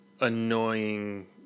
annoying